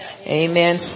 Amen